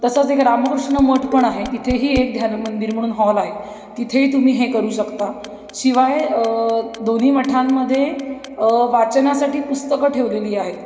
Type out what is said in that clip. तसंच एक रामकृष्ण मठ पण आहे तिथेही एक ध्यानमंदिर म्हणून हॉल आहे तिथेही तुम्ही हे करू शकता शिवाय दोन्ही मठांमध्ये वाचनासाठी पुस्तकं ठेवलेली आहेत